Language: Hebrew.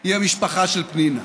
היא המשפחה של פנינה.